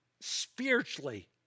spiritually